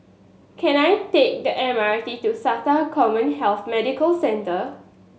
can I take the M R T to SATA CommHealth Medical Centre